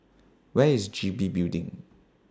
Where IS G B Building